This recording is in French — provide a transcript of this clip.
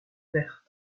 vertes